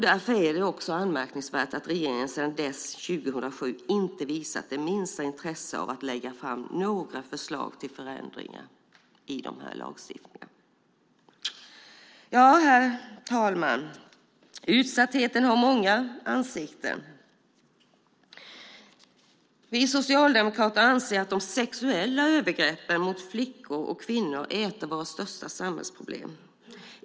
Det är anmärkningsvärt att regeringen sedan 2007 inte visat minsta intresse av att lägga fram några förslag till förändringar i dessa lagstiftningar. Herr talman! Utsattheten har många ansikten. Vi socialdemokrater anser att de sexuella övergreppen mot flickor och kvinnor är ett av våra största samhällsproblem.